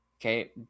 Okay